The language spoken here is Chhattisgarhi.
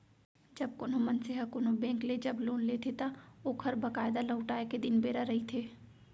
जब कोनो मनसे ह कोनो बेंक ले जब लोन लेथे त ओखर बकायदा लहुटाय के दिन बेरा रहिथे